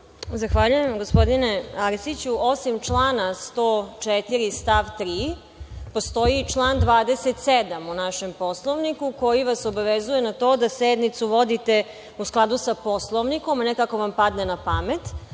Zahvaljujem, gospodine Arsiću. Osim člana 104. stav 3. postoji i član 27. u našem Poslovniku koji vas obavezuje na to da sednicu vodite u skladu sa Poslovnikom, a ne kako vam padne na pamet,